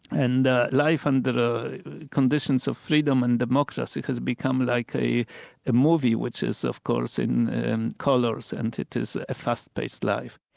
and life under conditions of freedom and democracy has become like a a movie, which is of course in in colours, and it is a fast-paced life.